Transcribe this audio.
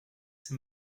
ces